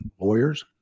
lawyers